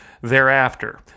thereafter